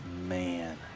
Man